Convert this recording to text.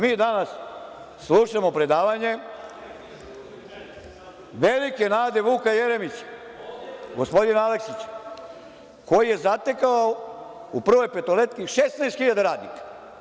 Mi danas slušamo predavanje velike nade Vuka Jeremića, gospodina Aleksića, koji je zatekao u „Prvoj petoletki“ 16 hiljada radnika.